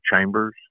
chambers